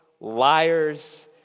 liars